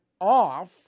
off